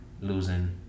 Losing